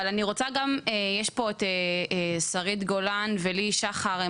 יש פה את שרית גולן וליהי שחר,